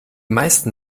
meisten